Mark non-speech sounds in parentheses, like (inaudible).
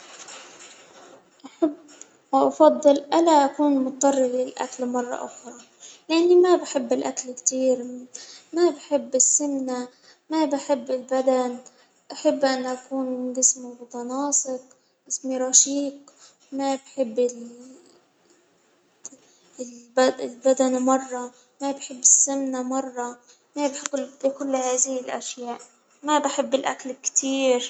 أحب وأفضل لأن أكون مضطر للأكل مرة أخرى، لإني ما بحب الأكل كتير ما بحب السمنة، ما بحب البدن، أحب أن أكون جسمي متناسق، جسمي رشيق، ما بحب (hesitation) البدانة مرة ما بحب السمنة مرة ، ما بحب كل هذه الأشياء، ما بحب الأكل كتير.